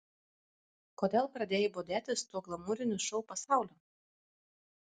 kodėl pradėjai bodėtis tuo glamūriniu šou pasauliu